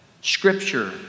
Scripture